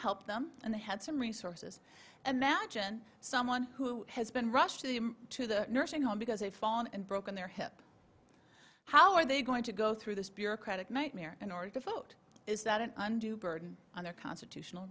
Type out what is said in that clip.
help them and they had some resources and magine someone who has been rushed to the nursing home because they've fallen and broken their hip how are they going to go through this bureaucratic nightmare in order to vote is that an undue burden on their constitutional